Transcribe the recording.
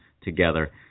together